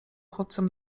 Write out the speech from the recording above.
chłopcem